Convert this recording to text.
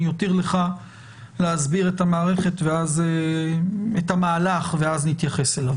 אני אותיר לך להסביר את המהלך, ואז נתייחס אליו.